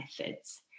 methods